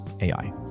AI